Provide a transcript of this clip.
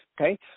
okay